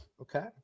Okay